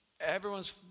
everyone's